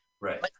Right